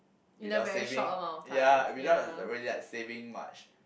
without saving ya without really like saving much